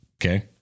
Okay